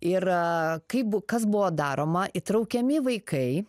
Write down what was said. yra kaip kas buvo daroma įtraukiami vaikai